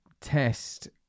test